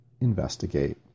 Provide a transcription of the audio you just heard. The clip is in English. investigate